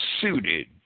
suited